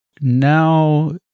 Now